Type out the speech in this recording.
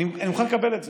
אני מוכן לקבל את זה.